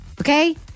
Okay